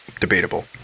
debatable